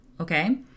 okay